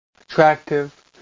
Attractive